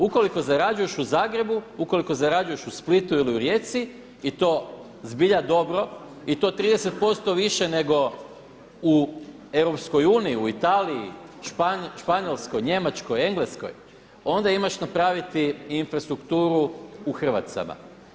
Ukoliko zarađuješ u Zagrebu, ukoliko zarađuješ u Splitu ili u Rijeci i to zbilja dobro i to 30% više nego u EU u Italiji, Španjolskoj, Njemačkoj, Engleskoj onda imaš napraviti infrastrukturu u Hrvacama.